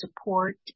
support